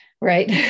right